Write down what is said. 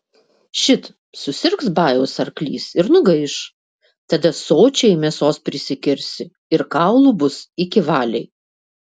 šit susirgs bajaus arklys ir nugaiš tada sočiai mėsos prisikirsi ir kaulų bus iki valiai